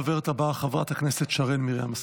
הדוברת הבאה, חברת הכנס שרן מרים השכל.